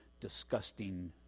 disgusting